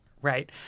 Right